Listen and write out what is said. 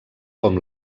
com